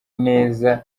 neza